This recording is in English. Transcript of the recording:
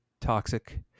toxic